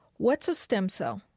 what's a stem cell?